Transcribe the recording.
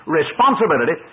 responsibility